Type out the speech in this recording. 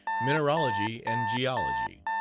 mineralogy and geology.